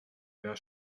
mehr